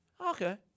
Okay